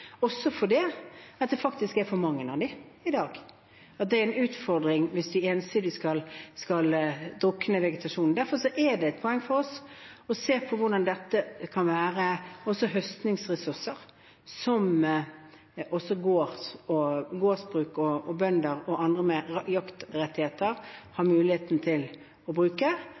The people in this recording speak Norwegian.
også fordi det er for mange av dem i dag. Det er en utfordring hvis en ensidig skal drukne i vegetasjon. Derfor er det et poeng for oss å se på hvordan dette kan være høstningsressurs, som gårdsbruk og bønder og andre med jaktrettigheter har mulighet til å bruke